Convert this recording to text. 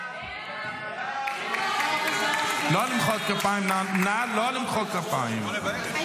חוק הנוער (שפיטה,